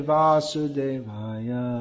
Vasudevaya